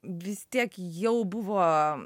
vis tiek jau buvo